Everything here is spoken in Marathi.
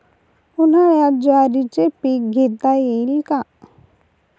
उन्हाळ्यात ज्वारीचे पीक घेता येईल का?